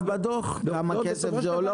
בדוח נאמר כמה כסף זה עולה?